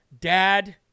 Dad